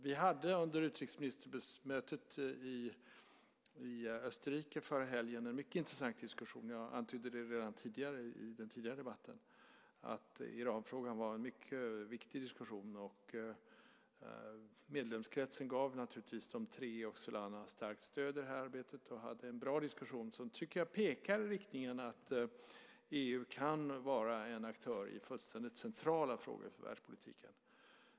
Vi hade under utrikesministermötet i Österrike förra helgen en mycket intressant diskussion. Jag antydde redan tidigare, i den tidigare debatten, att Iranfrågan var en mycket viktig diskussion. Medlemskretsen gav naturligtvis de tre och Solana starkt stöd i det här arbetet, och hade en bra diskussion. Jag tyckte att den pekade i riktningen mot att EU kan vara en aktör i fullständigt centrala frågor för världspolitiken.